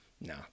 No